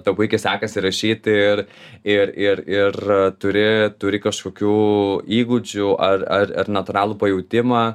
tau puikiai sekasi rašyti ir ir ir ir turi turi kažkokių įgūdžių ar ar ar natūralų pajautimą